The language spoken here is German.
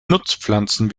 nutzpflanzen